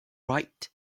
right